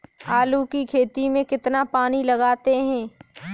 आलू की खेती में कितना पानी लगाते हैं?